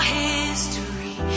history